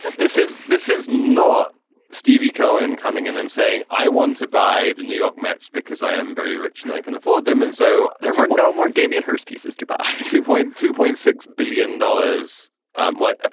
this is this is not steve yeah cohen coming in and saying, i want to buy the new york mets because i am very rich and i can afford them. and so there are no more. damien hirst pieces by but two point two point six billion dollars um like ah